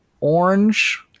orange